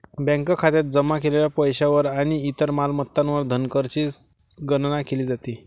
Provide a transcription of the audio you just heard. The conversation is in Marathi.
बँक खात्यात जमा केलेल्या पैशावर आणि इतर मालमत्तांवर धनकरची गणना केली जाते